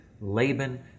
Laban